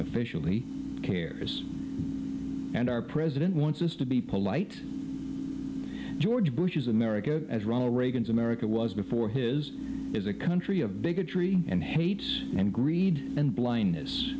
officially cares and our president wants us to be polite george bush's america as ronald reagan's america was before his is a country of bigotry and hate and greed and blindness